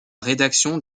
rédaction